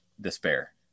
despair